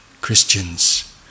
Christians